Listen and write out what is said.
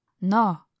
no